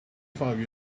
five